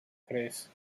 tres